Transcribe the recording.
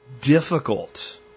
difficult